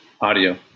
audio